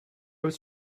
was